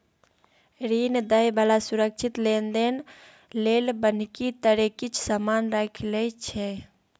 ऋण दइ बला सुरक्षित लेनदेन लेल बन्हकी तरे किछ समान राखि लइ छै